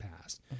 past